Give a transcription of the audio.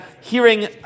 hearing